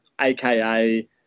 aka